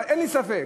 אין לי ספק